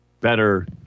better